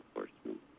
enforcement